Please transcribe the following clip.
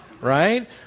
right